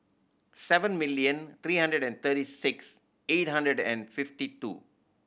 seven million three hundred and thirty six eight hundred and fifty two